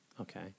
okay